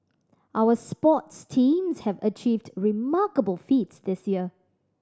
our sports teams have achieved remarkable feats this year